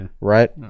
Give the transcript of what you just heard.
Right